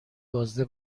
بازده